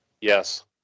yes